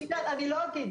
אני לא אגיד,